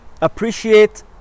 appreciate